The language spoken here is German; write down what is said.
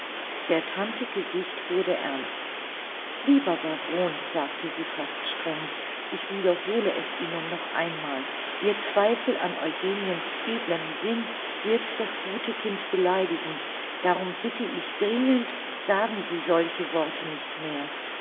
der tante gesicht wurde ernst lieber baron sagte sie fast streng ich wiederhole es ihnen noch einmal ihr zweifel an eugeniens edlem sinn wird das gute kind beleidigen darum bitte ich dringend sagen sie solche worte nicht mehr